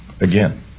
again